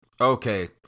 Okay